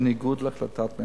בניגוד להחלטת הממשלה.